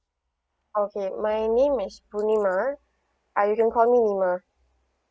okay my name is buneema ah you can call me neema